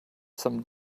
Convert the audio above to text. some